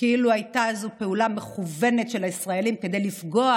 כאילו זו הייתה פעולה מכוונת של הישראלים כדי לפגוע